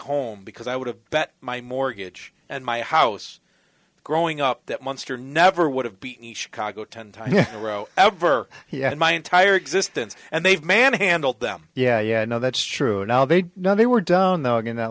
home because i would have bet my mortgage and my house growing up that monster never would have beat me chicago ten times the row ever he had my entire existence and they've manhandled them yeah yeah i know that's true now they know they were done though in that